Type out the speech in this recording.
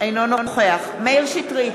אינו נוכח מאיר שטרית,